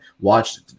watched